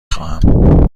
خواهم